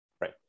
Right